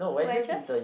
wedges